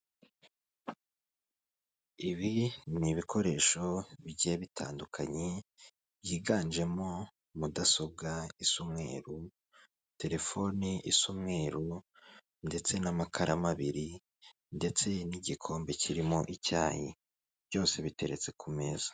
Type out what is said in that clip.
Ibi ni ibikoresho bigiye bitandukanye byiganjemo mudasobwa isa umweru, telefoni isa umweru ndetse n'amakaramu abiri ndetse n'igikombe kirimo icyayi byose biteretse ku meza.